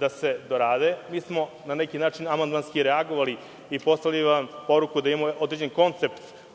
da se dorade. Mi smo na neki način amandmanski reagovali i poslali vam poruku da imamo određen koncept